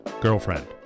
girlfriend